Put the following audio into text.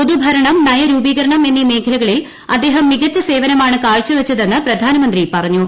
പൊതുഭരണം നയരൂപീകരണം എന്നീ മേഖല്ലക്ളിൽ അദ്ദേഹം മികച്ച് സേവനമാണ് കാഴ്ചവച്ചതെന്ന് പ്രധാനമന്ത്രി പറഞ്ഞ്